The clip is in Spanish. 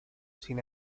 sin